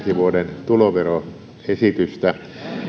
vuoden tuloveroesitystä